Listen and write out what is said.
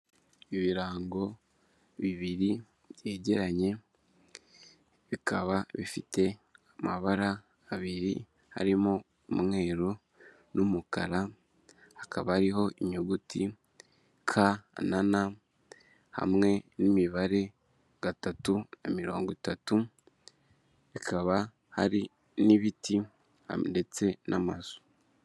Ibirango bibiri byegeranye, bikaba bifite amabara abiri harimo umweru n'umukara, hakaba ari inyuguti ka na na, hamwe n'imibare gatatu, mirongo itatu, ikaba hari n'ibiti ndetse n'amazu.